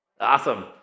Awesome